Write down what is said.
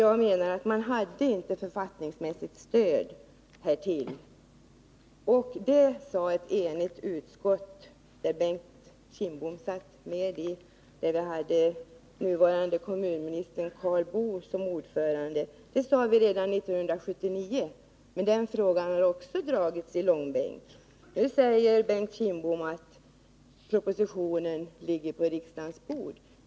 Jag menar att man inte hade något författningsmässigt stöd för att ge dessa lån. Ett enigt utskott, som Bengt Kindbom tillhörde och som nuvarande kommunministern Karl Boo var ordförande i, sade detta redan 1979. Men den frågan har också dragits i långbänk. Nu säger Bengt Kindbom att propositionen ligger på riksdagens bord.